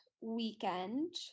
weekend